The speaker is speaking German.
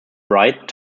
wright